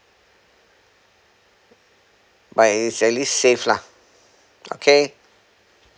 but at least safe lah okay